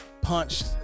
punched